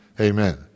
Amen